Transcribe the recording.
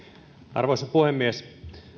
arvoisa puhemies